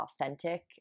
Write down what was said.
authentic